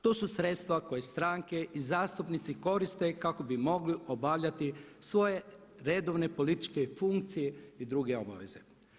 To su sredstva koje stranke i zastupnici koriste kako bi mogli obavljati svoje redovne političke funkcije i druge obaveze.